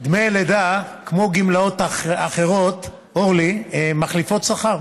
דמי לידה, כמו גמלאות אחרות, אורלי, מחליפים שכר.